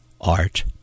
Art